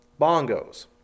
bongos